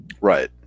Right